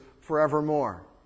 forevermore